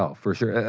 ah for sure.